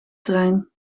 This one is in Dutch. trein